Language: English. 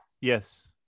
Yes